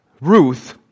Ruth